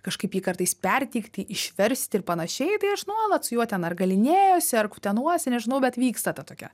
kažkaip jį kartais perteikti išversti ir panašiai tai aš nuolat su juo ten ar galinėjuosi ar kutenuosi nežinau bet vyksta ta tokia